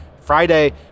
Friday